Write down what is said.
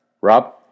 rob